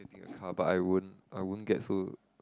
getting a car but I won't I won't get so